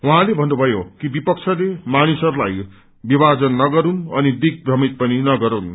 उहाँले भन्नुभयो कि विपक्षले मानिसहरूलाई विभाजन नगरून् अनि दिग्भ्रमित पनि नगरून्